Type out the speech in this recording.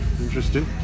interesting